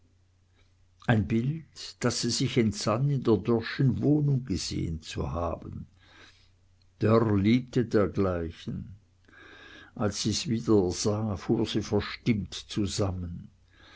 ein bild das sie sich entsann in der dörrschen wohnung gesehen zu haben dörr liebte dergleichen als sie's hier wiedersah fuhr sie verstimmt zusammen